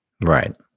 Right